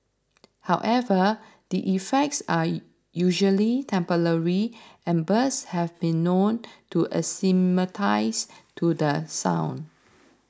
however the effects are usually temporary and birds have been known to acclimatise to the sound